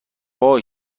وای